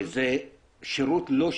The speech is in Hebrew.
וזה שירות לא שוויוני.